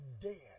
dead